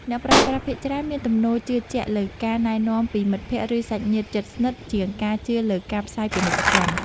អ្នកប្រើប្រាស់ភាគច្រើនមានទំនោរជឿជាក់លើការណែនាំពីមិត្តភក្តិឬសាច់ញាតិជិតស្និទ្ធជាងការជឿលើការផ្សាយពាណិជ្ជកម្ម។